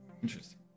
interesting